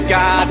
God